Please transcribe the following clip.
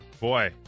Boy